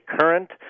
current